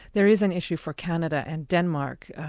there is an issue for canada and denmark,